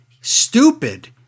stupid